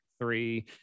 three